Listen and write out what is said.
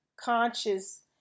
conscious